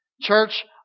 Church